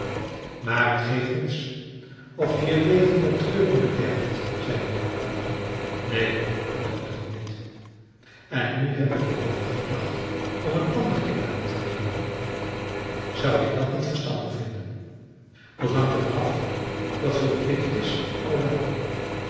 maar t geeft niets of je je leven met treuren bederft zei de laplander neen dat doet het ook niet en nu heb ik er over gedacht om een ander kind aan te nemen zou je dat niet verstandig vinden dat hangt er van af wat voor kind het is ola